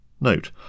Note